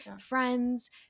friends